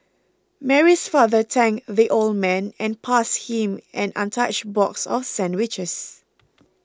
Mary's father thanked the old man and passed him an untouched box of sandwiches